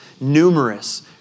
numerous